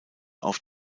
auf